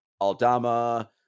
Aldama